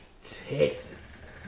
Texas